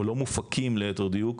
או לא מופקים ליתר דיוק,